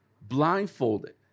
blindfolded